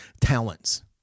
talents